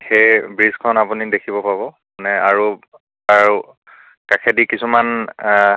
সেই ব্ৰীজখন আপুনি দেখিব পাব মানে আৰু আৰু কাষেদি কিছুমান